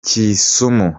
kisumu